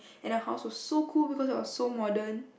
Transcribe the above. and her house was so cool because it was so modern